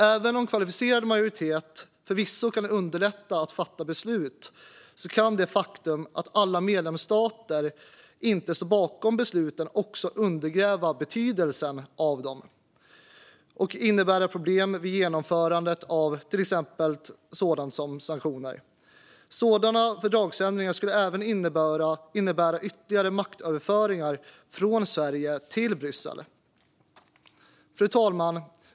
Även om kvalificerad majoritet kan underlätta att fatta beslut kan det faktum att alla medlemsstater inte står bakom besluten också undergräva betydelsen av dem och innebära problem vid genomförandet av till exempel sanktioner. Sådana fördragsändringar skulle även innebära ytterligare maktöverföring från Sverige till Bryssel. Fru talman!